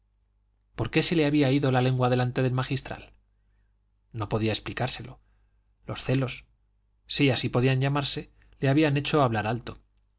por qué se le había ido la lengua delante del magistral no podía explicárselo los celos si así podían llamarse le habían hecho hablar alto